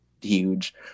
Huge